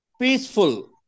peaceful